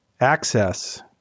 access